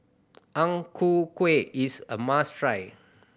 Ang Ku Kueh is a must try